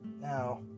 Now